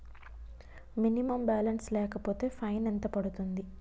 Minimum balance లేకపోతే fine ఎంత పడుతుంది?